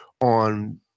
on